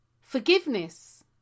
Forgiveness